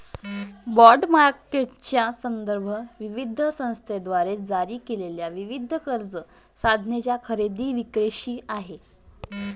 bond मार्केटचा संदर्भ विविध संस्थांद्वारे जारी केलेल्या विविध कर्ज साधनांच्या खरेदी विक्रीशी आहे